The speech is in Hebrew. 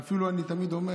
ואני אפילו תמיד אומר